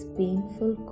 painful